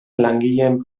langileen